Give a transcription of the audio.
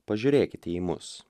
pažiūrėkite į mus